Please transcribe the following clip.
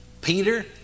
Peter